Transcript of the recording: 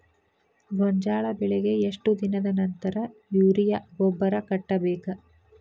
ಗೋಂಜಾಳ ಬೆಳೆಗೆ ಎಷ್ಟ್ ದಿನದ ನಂತರ ಯೂರಿಯಾ ಗೊಬ್ಬರ ಕಟ್ಟಬೇಕ?